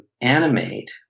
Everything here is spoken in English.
animate